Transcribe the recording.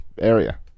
area